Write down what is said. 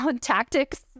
tactics